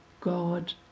God